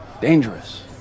Dangerous